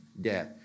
death